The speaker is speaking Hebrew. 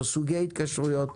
או סוגי התקשרויות,